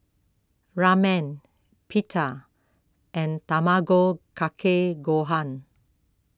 Ramen Pita and Tamago Kake Gohan